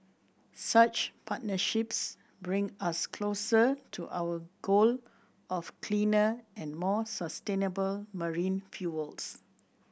such partnerships bring us closer to our goal of cleaner and more sustainable marine fuels